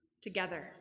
together